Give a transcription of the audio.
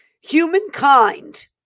humankind